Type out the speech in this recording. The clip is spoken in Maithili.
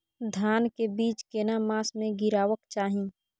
धान के बीज केना मास में गीरावक चाही?